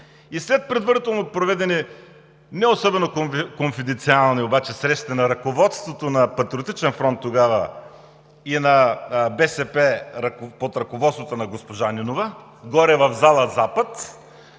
г. След предварително проведени, неособено конфиденциални обаче, срещи на ръководството на „Патриотичен фронт“ тогава и на БСП под ръководството на госпожа Нинова, горе в зала „Запад“